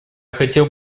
хотел